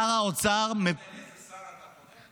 אני לא יודע לאיזו שרה אתה פונה.